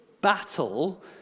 battle